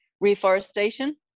reforestation